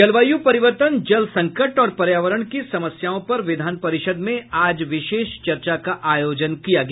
जलवायू परिवर्तन जल संकट और पर्यावरण की समस्याओं पर विधान परिषद् में आज विशेष चर्चा का आयोजन किया गया